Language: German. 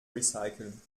recyceln